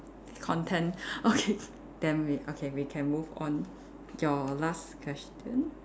content okay then we okay we can move on your last question